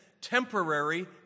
temporary